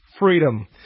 Freedom